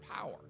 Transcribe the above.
power